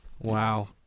Wow